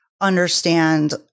understand